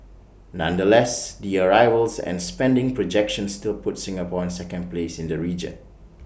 nonetheless the arrivals and spending projections still put Singapore in second place in the region